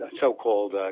so-called